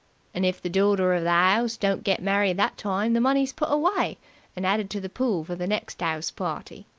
and if the dorter of the ouse don't get married that time, the money's put away and added to the pool for the next ouse-party.